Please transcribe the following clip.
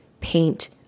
paint